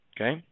Okay